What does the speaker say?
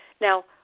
Now